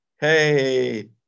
Hey